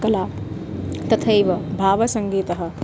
कला तथैव भावसङ्गीतः